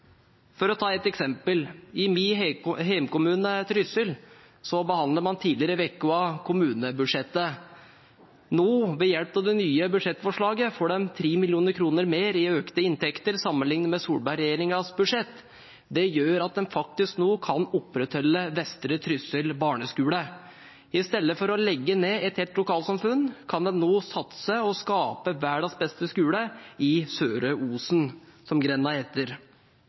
For å ta et eksempel: I min hjemkommune Trysil behandlet man tidligere i uken kommunebudsjettet. Nå, ved hjelp av det nye budsjettforslaget, får de 3 mill. kr mer i økte inntekter sammenlignet med Solberg-regjeringens budsjett. Det gjør at de faktisk kan opprettholde Vestre Trysil barneskole. I stedet for å legge ned et helt lokalsamfunn kan de nå satse og skape verdens beste skole i Søre Osen, som